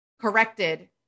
corrected